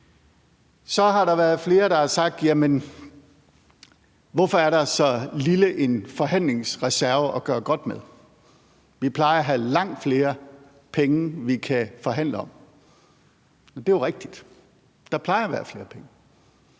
Så har der været flere, der har spurgt: Hvorfor er der så lille en forhandlingsreserve at gøre godt med? Vi plejer at have langt flere penge, vi kan forhandle om. Og det er jo rigtigt. Der plejer at være flere penge.